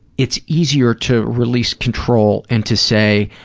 it's easier to release control and to say,